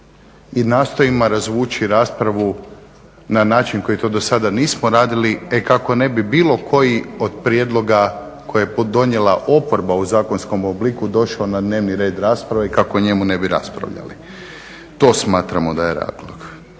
i nastojimo razvući raspravu na način na koji to do sada nismo radili kako ne bi bilo koji od prijedloga koje je donijela oporba u zakonskom obliku došao na dnevni red rasprave i kako o njemu ne bi raspravljali. To smatramo da je razlog.